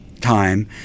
time